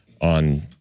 on